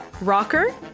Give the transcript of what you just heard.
Rocker